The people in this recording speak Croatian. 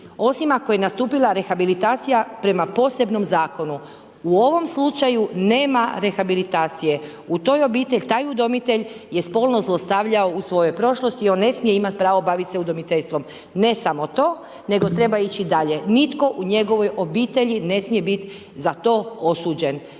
osim ako je nastupila rehabilitacija prema posebnom zakonu, u ovom slučaju nema rehabilitacije, u toj obitelji, taj udomitelj je spolno zlostavljao u svojoj prošlosti i on ne smije imati pravo baviti se udomiteljstvom. Ne samo to, nego treba ići dalje, nitko u njegovoj obitelji ne smije biti za to osuđen,